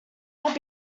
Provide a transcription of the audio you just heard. have